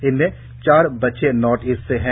इनमें चार बच्चे नॉर्थ ईस्ट से हैं